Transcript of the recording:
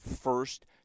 first